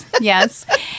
yes